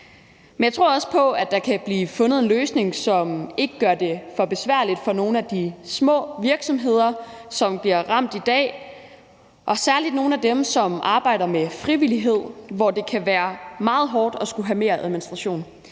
Men jeg tror også på, at der kan blive fundet en løsning, som ikke gør det for besværligt for nogle af de små virksomheder, som bliver ramt i dag, og særlig nogle af dem, som arbejder med frivillighed, hvor det kan være meget hårdt at skulle have mere administration.